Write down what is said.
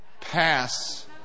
pass